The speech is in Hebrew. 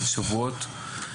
אלא שבועות.